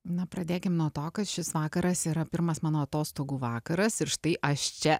na pradėkim nuo to kad šis vakaras yra pirmas mano atostogų vakaras ir štai aš čia